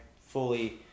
fully –